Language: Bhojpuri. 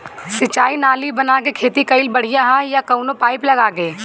सिंचाई नाली बना के खेती कईल बढ़िया ह या कवनो पाइप लगा के?